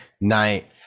night